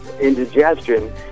indigestion